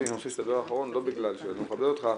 שאני רוצה שתדבר אחרון לא בגלל שאני לא מכבד אותך,